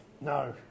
No